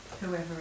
whoever